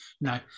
No